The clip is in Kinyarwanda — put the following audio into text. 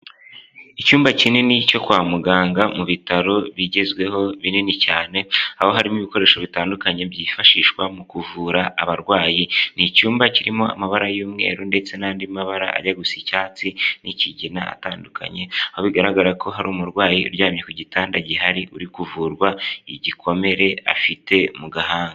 Icyumba kinini cyo kwa muganga mu bitaro bigezweho binini cyane, aho harimo ibikoresho bitandukanye byifashishwa mu kuvura abarwayi. Ni icyumba kirimo amabara y'umweru ndetse n'andi mabara ajya gusa icyatsi n'ikigina, atandukanye. Aho bigaragara ko hari umurwayi uryamye ku gitanda gihari uri kuvurwa igikomere afite mu gahanga.